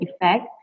effect